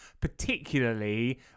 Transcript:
Particularly